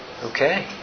Okay